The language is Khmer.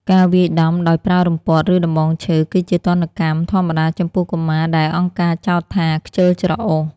ការវាយដំដោយប្រើរំពាត់ ឬដំបងឈើ គឺជាទណ្ឌកម្មធម្មតាចំពោះកុមារដែលអង្គការចោទថា «ខ្ជិលច្រអូស»។